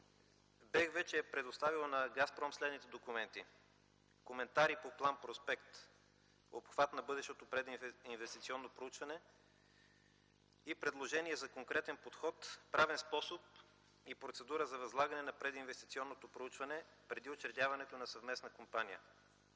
вече е предоставил на „Газпром” следните документи: коментари по план–проспект, обхват на бъдещето прединвестиционно проучване и предложение за конкретен подход, правен способ и процедура за възлагане на прединвестиционното проучване преди учредяването на съвместна компания.